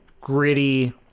gritty